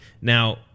Now